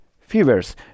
fevers